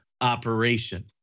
operation